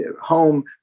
home